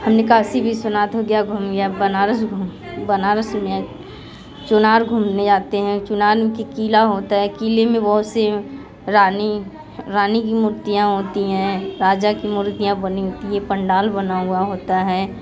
हमने काशी विश्वनाथ हो गया अब हम या बनारस बनारस में चुनार घूमने जाते हैं चुनान की किला होता है किले में बहुत से अ रानी रानी की मूर्तियाँ होती हैं राजा की मूर्तियाँ बनी होती है पंडाल बना हुआ होता है